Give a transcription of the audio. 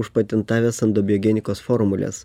užpatentavęs andobiogenikos formules